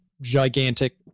gigantic